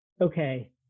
okay